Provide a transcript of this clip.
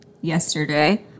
yesterday